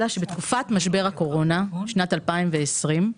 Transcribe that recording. אלא שבתקופת משבר הקורונה, בשנת 2020,